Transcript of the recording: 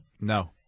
No